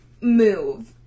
move